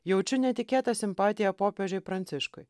jaučiu netikėtą simpatiją popiežiui pranciškui